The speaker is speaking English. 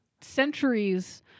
centuries